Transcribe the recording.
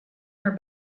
her